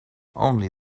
only